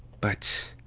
but.